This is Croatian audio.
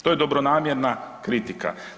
To je dobronamjerna kritika.